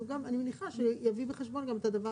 גם אני מניחה שיביא בחשבון גם את הדבר